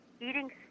eating